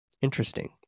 Interesting